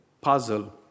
puzzle